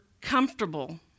comfortable